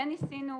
כן ניסינו,